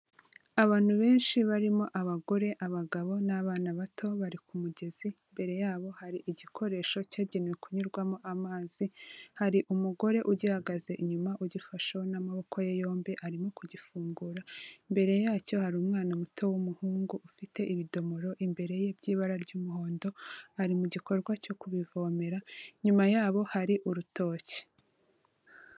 Abantu benshi barimo abagore, abagabo n'abana bato bari ku mugezi imbere yabo hari igikoresho cyagenewe kunyurwamo amazi, hari umugore ugihagaze inyuma ugifasheho n'amaboko ye yombi arimo kugifungura, imbere yacyo hari umwana muto w'umuhungu ufite ibidomoro imbere ye by'ibara ry'umuhondo ari mu gikorwa cyo kubivomera, inyuma yabo hari urutoki.